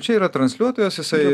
čia yra transliuotojas jisai